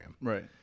Right